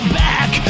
back